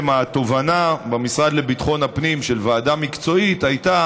התובנה של ועדה מקצועית במשרד לביטחון הפנים הייתה